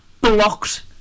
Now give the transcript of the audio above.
blocked